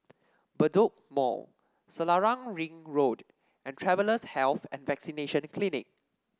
Bedok Mall Selarang Ring Road and Travellers' Health and Vaccination Clinic